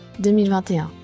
2021